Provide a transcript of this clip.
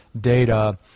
data